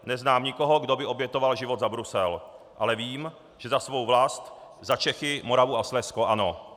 Neznám nikoho, kdo by obětoval život za Brusel, ale vím, že za svou vlast, za Čechy, Moravu a Slezsko, ano.